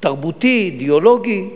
תרבותי, אידיאולוגי אגב,